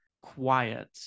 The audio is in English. quiet